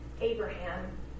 Abraham